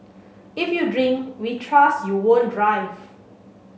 if you drink we trust you won't drive